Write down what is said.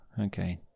Okay